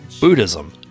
Buddhism